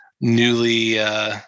newly